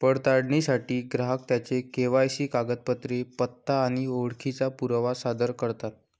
पडताळणीसाठी ग्राहक त्यांची के.वाय.सी कागदपत्रे, पत्ता आणि ओळखीचा पुरावा सादर करतात